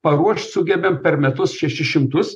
paruošt sugebam per metus šešis šimtus